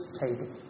table